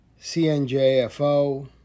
CNJFO